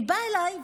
היא באה אליי,